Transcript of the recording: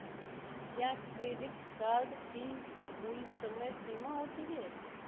क्या credit card की कोई समय सीमा होती है?